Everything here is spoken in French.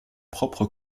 propre